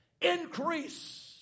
increase